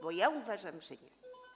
Bo ja uważam, że nie.